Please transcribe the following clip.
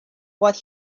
what